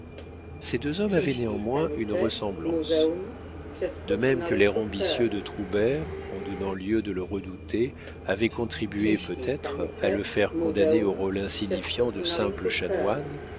ces deux hommes avaient néanmoins une ressemblance de même que l'air ambitieux de troubert en donnant lieu de le redouter avait contribué peut-être à le faire condamner au rôle insignifiant de simple chanoine